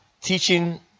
teaching